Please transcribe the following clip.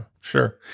sure